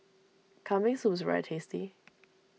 Kambing Soup is very tasty